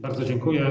Bardzo dziękuję.